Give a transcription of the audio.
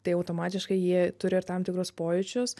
tai automatiškai jie turi ir tam tikrus pojūčius